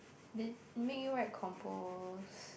they make you write compos